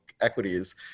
equities